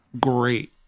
great